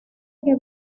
que